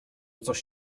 coś